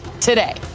today